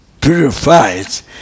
purifies